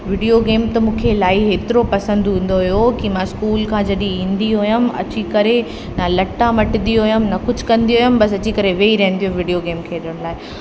video game त मूंखे इलाही एतिरो पसंदि हूंदो हुयो की मां स्कूल का जॾहिं ईंदी हुयमि अची करे न लटा मटंदी हुयमि न कुझु कंदी हुयमि बसि अची करे वेई रहंदी हुयमि वीडियो गेम खेॾण लाइ